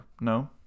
No